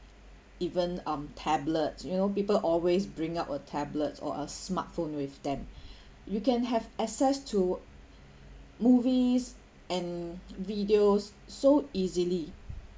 even um tablets you know people always bring out a tablets or a smart phone with them you can have access to movies and videos so easily